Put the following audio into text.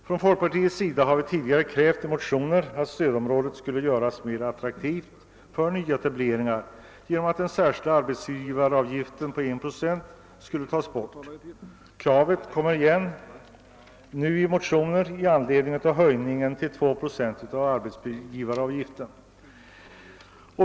Från folkpartiets sida har vi tidigare i motioner krävt att stödområdet skulle göras mera attraktivt för nyetableringar genom att den särskilda arbetsgivaravgiften på 1 procent skulle tas bort. Kravet kommer tillbaka, nu i form av motioner i anledning av höj: ningen till 2 procent av arbetsgivaravgiften.